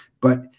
But-